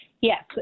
Yes